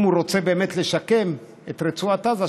אם הוא רוצה באמת לשקם את רצועת עזה,